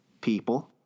people